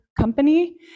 company